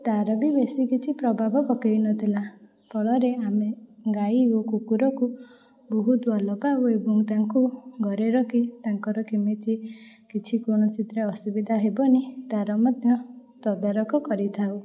ତାର ବି ବେଶି କିଛି ପ୍ରଭାବ ପକାଇନଥିଲା ଫଳରେ ଆମେ ଗାଈ ଓ କୁକୁରକୁ ବହୁତ ଅଲଗା ଓ ଏବଂ ତାଙ୍କୁ ଘରେ ରଖି ତାଙ୍କର କେମିତି କିଛି କୌଣସିଥିରେ ଅସୁବିଧା ହେବନି ତା'ର ମଧ୍ୟ ତଦାରଖ କରିଥାଉ